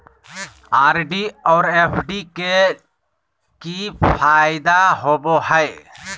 RD और FD के की फायदा होबो हइ?